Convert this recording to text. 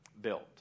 built